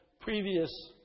previous